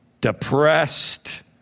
depressed